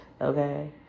okay